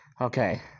Okay